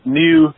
new